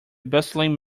bustling